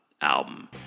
album